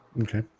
okay